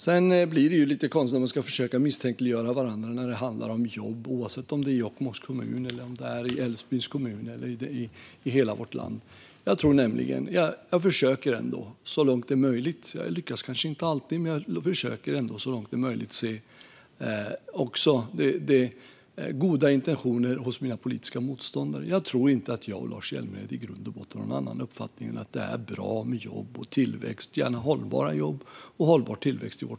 Det blir lite konstigt att försöka misstänkliggöra varandra när det handlar om jobb, oavsett om det gäller Jokkmokks kommun, Älvsbyns kommun eller hela vårt land. Jag lyckas kanske inte alltid, men jag försöker ändå så långt det är möjligt se de goda intentionerna hos mina politiska motståndare. Jag tror att både jag och Lars Hjälmered i grund och botten har uppfattningen att det är bra med jobb och tillväxt i vårt land - och då gärna hållbara jobb och hållbar tillväxt.